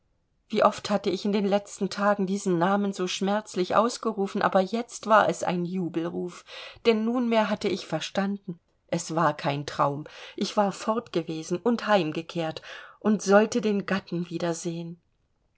wie oft hatte ich in den letzten tagen diesen namen so schmerzlich ausgerufen aber jetzt war es ein jubelruf denn nunmehr hatte ich verstanden es war kein traum ich war fortgewesen und heimgekehrt und sollte den gatten wiedersehen